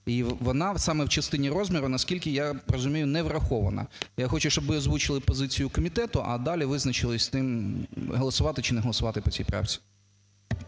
І вона саме в частині розміру, наскільки я розумію, неврахована. Я хочу, щоб ви озвучили позицію комітету, а далі визначились з тим, голосувати, чи не голосувати по цій правці.